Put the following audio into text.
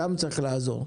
אז שם צריך לעזור.